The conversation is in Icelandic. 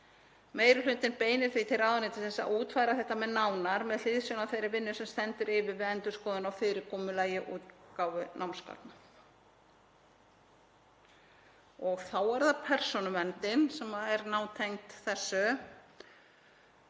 Meiri hlutinn beinir því til ráðuneytisins að útfæra þetta nánar með hliðsjón af þeirri vinnu sem stendur yfir við endurskoðun á fyrirkomulagi útgáfu námsgagna. Þá er það persónuverndin sem er nátengd þessu